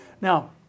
Now